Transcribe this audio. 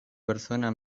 persona